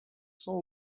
cents